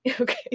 okay